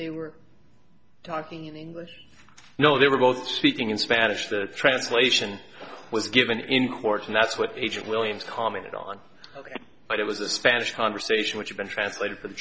they were talking in english no they were both speaking in spanish the translation was given in court and that's what agent williams commented on ok but it was a spanish conversation which have been translated f